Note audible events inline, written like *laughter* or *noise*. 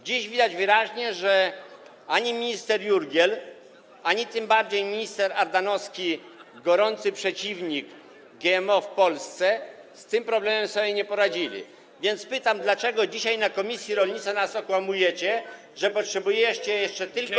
Dziś widać wyraźnie, że ani minister Jurgiel, ani tym bardziej minister Ardanowski, gorący przeciwnik GMO w Polsce, z tym problemem sobie nie poradzili, *noise* więc pytam, dlaczego dzisiaj na posiedzeniu komisji rolnictwa nas okłamujecie, że potrzebujecie jeszcze tylko.